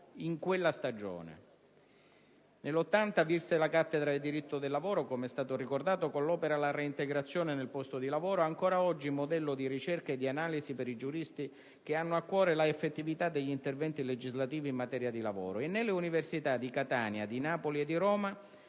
in quella stagione. Nel 1980 vinse la cattedra di diritto del lavoro, come è stato ricordato, con l'opera «La reintegrazione nel posto di lavoro», ancora oggi modello di ricerca e di analisi per i giuristi che hanno a cuore l'effettività degli interventi legislativi in materia di lavoro. Nelle università di Catania, di Napoli e di Roma